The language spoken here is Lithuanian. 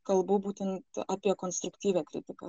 kalbu būtent apie konstruktyvią kritiką